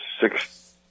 six